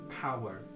power